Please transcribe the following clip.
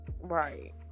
right